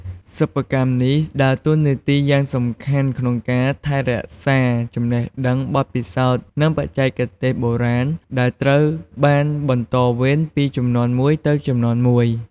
សិប្បកម្មនេះដើរតួនាទីយ៉ាងសំខាន់ក្នុងការថែរក្សាចំណេះដឹង បទពិសោធន៍ និងបច្ចេកទេសបុរាណ ដែលត្រូវបានបន្តវេនពីជំនាន់មួយទៅជំនាន់មួយ។